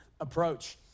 approach